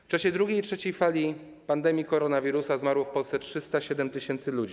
W czasie drugiej i trzeciej fali pandemii koronawirusa zmarło w Polsce 307 tys. ludzi.